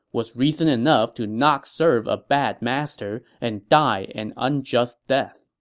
was reason enough to not serve a bad master and die an unjust death